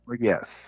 Yes